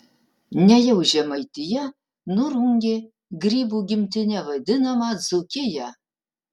nejau žemaitija nurungė grybų gimtine vadinamą dzūkiją